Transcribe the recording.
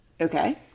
Okay